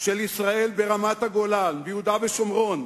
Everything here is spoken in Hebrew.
של ישראל ברמת-הגולן, ביהודה ושומרון,